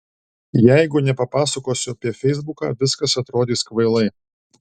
jeigu nepapasakosiu apie feisbuką viskas atrodys kvailai